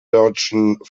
deutschen